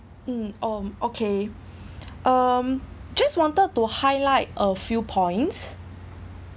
mm um okay um just wanted to highlight a few points